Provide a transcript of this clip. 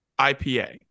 IPA